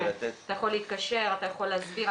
אתה יכול להתקשר ואתה יכול להסביר.